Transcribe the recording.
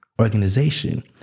organization